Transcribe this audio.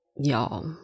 y'all